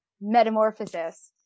metamorphosis